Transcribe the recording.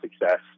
success